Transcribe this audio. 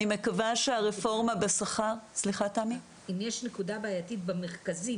אני מקווה שהרפורמה בשכר --- אם יש נקודה בעייתית במרכזים